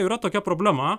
yra tokia problema